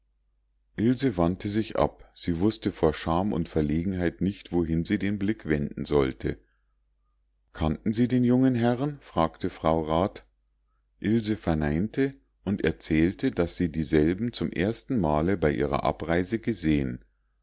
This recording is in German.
ilse wandte sich ab sie wußte vor scham und verlegenheit nicht wohin sie den blick wenden sollte kannten sie die jungen herren fragte frau rat ilse verneinte und erzählte daß sie dieselben zum ersten male bei ihrer abreise gesehen